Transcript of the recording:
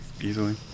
easily